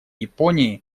японии